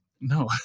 No